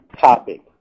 topic